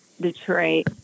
Detroit